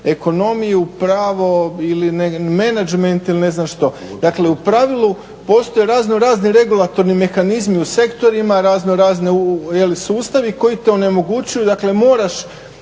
ekonomiju, pravo, menadžment ili ne znam što. Dakle u pravilu postoje raznorazni regulatorni mehanizmi u sektorima, raznorazni sustavi koji to onemogućuju, dakle moraš